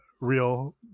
real